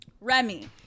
Remy